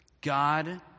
God